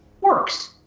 works